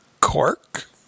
cork